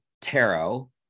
tarot